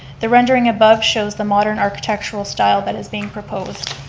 the rendering above shows the modern architectural style that is being proposed.